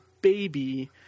baby